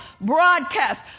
broadcast